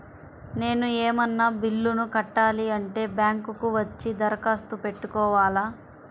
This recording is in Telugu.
నేను ఏమన్నా బిల్లును కట్టాలి అంటే బ్యాంకు కు వచ్చి దరఖాస్తు పెట్టుకోవాలా?